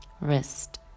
wrist